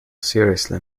seriously